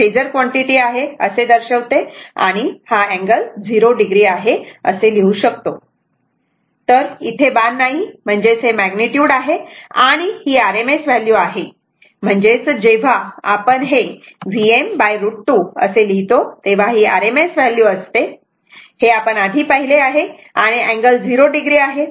हे phasor quantity आहे असे दर्शवते आणि हे अँगल 0 o आहे असे लिहू शकतो तर इथे बाण नाही म्हणजेच हे मॅग्निट्युड आहे आणि ही RMS व्हॅल्यू आहे म्हणजेच जेव्हा आपण हे Vm √2 असे लिहितो तेव्हा ही RMS व्हॅल्यू असते हे आपण आधी पाहिले आहे आणि अँगल 0 o आहे